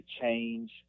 change